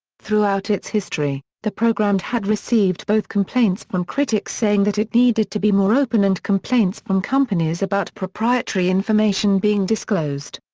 throughout its history, the programme had received both complaints from critics saying that it needed to be more open and complaints from companies about proprietary information being disclosed.